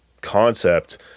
concept